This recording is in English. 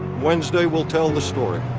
wednesday will tell the story.